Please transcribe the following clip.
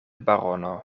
barono